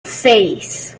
seis